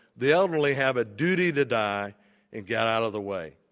the elderly have a duty to die and get out of the way.